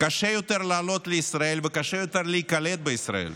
קשה יותר לעלות לישראל וקשה יותר להיקלט בישראל.